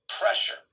pressure